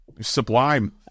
sublime